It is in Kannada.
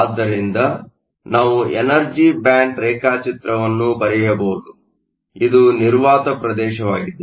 ಆದ್ದರಿಂದ ನಾವು ಎನರ್ಜಿ ಬ್ಯಾಂಡ್ ರೇಖಾಚಿತ್ರವನ್ನು ಬರೆಯಬಹುದು ಇದು ನಿರ್ವಾತ ಪ್ರದೇಶವಾಗಿದೆ